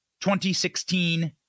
2016